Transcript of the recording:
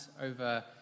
over